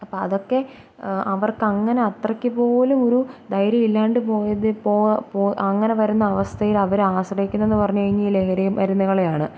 അപ്പം അതൊക്കെ അവർക്കങ്ങനെ അത്രയ്ക്കു പോലും ഒരു ധൈര്യം ഇല്ലാണ്ടു പോയത് പൊ പോ അങ്ങനെവരുന്ന അവസ്ഥയിൽ അവർ ആശ്രയിക്കുന്നതെന്നു പറഞ്ഞുകഴിഞ്ഞാൽ ഈ ലഹരി മരുന്നുകളെയാണ്